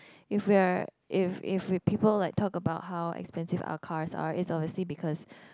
if we're if if if people like talk about how expensive our cars are it's obviously because